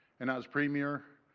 and as premier,